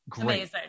Amazing